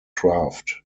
craft